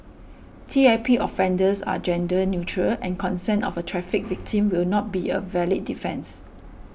T I P offences are gender neutral and consent of a trafficked victim will not be a valid defence